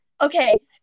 okay